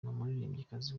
n’umuririmbyikazi